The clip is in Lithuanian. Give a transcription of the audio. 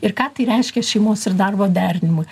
ir ką tai reiškia šeimos ir darbo derinimui